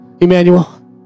Emmanuel